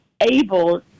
able